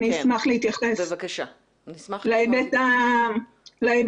אני אשמח להתייחס להיבט המשפטי.